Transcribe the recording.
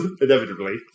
inevitably